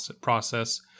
process